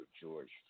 George